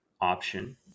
option